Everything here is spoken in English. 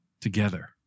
together